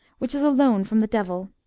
which is a loan from the devil.